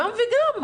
גם וגם.